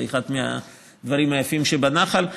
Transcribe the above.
זה אחד מהדברים היפים שבנחל.